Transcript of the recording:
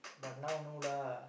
but now no lah